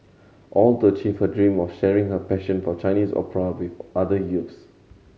all to achieve her dream of sharing her passion for Chinese opera with other youths